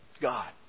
God